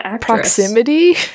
proximity